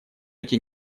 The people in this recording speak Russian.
эти